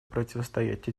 противостоять